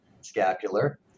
scapular